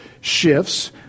shifts